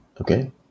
Okay